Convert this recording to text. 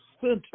center